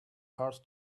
hard